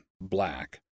black